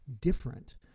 different